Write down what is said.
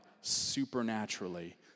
supernaturally